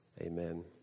Amen